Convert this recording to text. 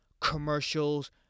commercials